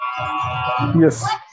Yes